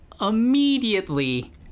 immediately